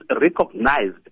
recognized